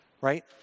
right